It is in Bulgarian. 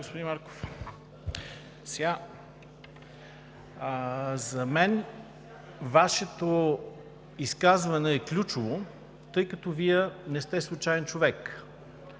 господин Марков, за мен Вашето изказване е ключово, тъй като Вие не сте случаен човек.